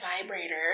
vibrator